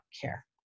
care